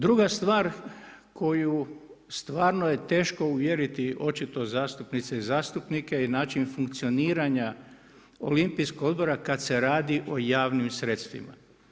Druga stvar koju stvarno je teško uvjeriti očito zastupnice i zastupnike je način funkcioniranja Olimpijskog odbora kada se radi o javnim sredstvima.